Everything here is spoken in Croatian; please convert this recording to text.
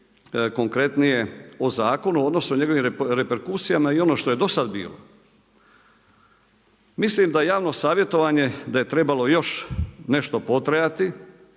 konkretnije o zakonu, odnosno njegovim reperkusijama i ono što je do sad bilo. Mislim da javno savjetovanje, da je trebalo još nešto potrajati.